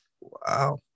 Wow